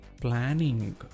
Planning